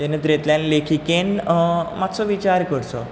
ते नदरेंतल्यान लेखिकेन मात्सो विचार करचो